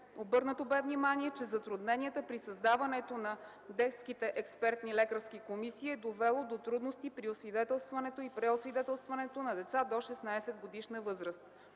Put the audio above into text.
Обърнато бе внимание, че затрудненията при създаването на детските експертни лекарски комисии е довело до трудности при освидетелстването и преосвидетелстването на деца до 16-годишна възраст.